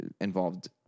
involved